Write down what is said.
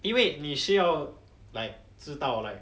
因为你需要 like 知道 like